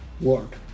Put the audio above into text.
world